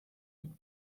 mit